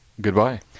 Goodbye